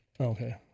Okay